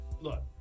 Look